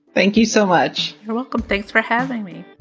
thank you so much. you're welcome. thanks for having me